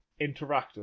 Interactive